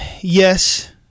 yes